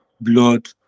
blood